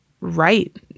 right